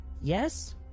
Yes